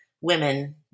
women